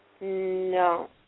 No